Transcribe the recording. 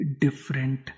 different